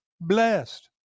blessed